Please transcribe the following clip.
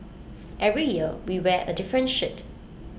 every year we wear A different shirt